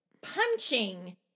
punching